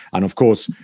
and, of course,